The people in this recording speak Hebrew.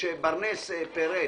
שברנס פירט